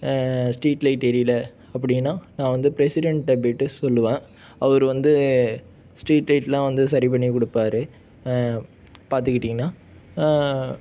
street light எரியிலை அப்படின்னா நான் வந்து பிரெசிடெண்ட்டை பேய்ட்டு சொல்லுவேன் அவரு வந்து ஸ்ட்ரீட் லைடெலாம் வந்து சரி பண்ணி கொடுப்பாரு பார்த்துக்கிட்டிங்கன்னா